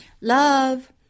Love